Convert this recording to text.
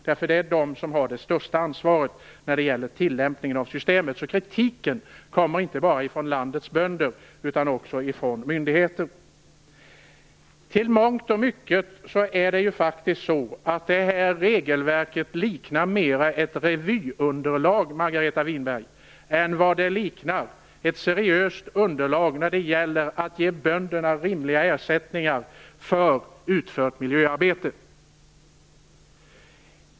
Det är ju de som har det största ansvaret för tillämpningen av systemet. Kritiken kommer alltså inte bara från landets bönder utan också från myndigheter. Till mångt och mycket är det så att det här regelverket mera liknar ett revyunderlag än ett seriöst underlag för att ge bönderna rimliga ersättningar för utfört miljöarbete.